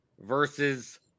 versus